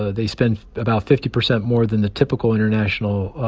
ah they spend about fifty percent more than the typical international,